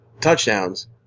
touchdowns